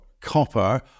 copper